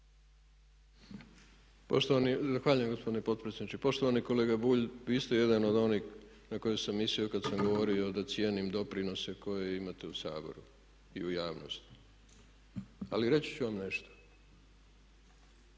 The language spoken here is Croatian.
gospodine potpredsjedniče. Poštovani kolega Bulj, vi ste jedan od onih na koje sam mislio kad sam govorio da cijenim doprinose koje imate u Saboru i u javnosti. Ali reći ću vam nešto,